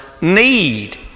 need